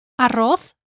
Arroz